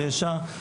פשע,